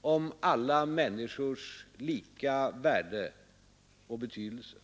om alla människors lika värde och betydelse.